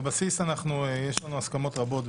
בבסיס יש בינינו הסכמות רבות,